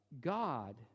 God